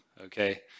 Okay